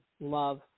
love